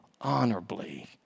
honorably